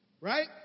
right